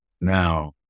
now